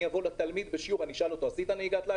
אני אבוא לתלמיד בשיעור ואשאל אותו האם באמת כך.